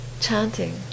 chanting